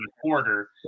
quarter